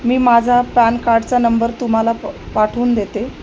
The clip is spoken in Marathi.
मी माझा पॅन कार्डचा नंबर तुम्हाला प पाठवून देते